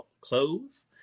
clothes